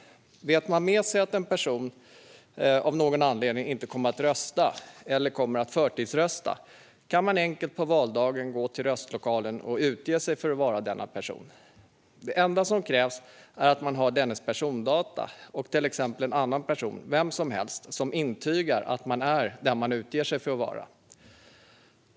Vet man med sig att en person av någon anledning inte kommer att rösta eller kommer att förtidsrösta kan man på valdagen gå till röstlokalen och enkelt utge sig för att vara denna person. Det enda som krävs är att man har dennas persondata och till exempel en annan person, vem som helst, som intygar att man är den man utger sig för att vara.